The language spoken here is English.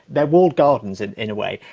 they are walled gardens and in a way.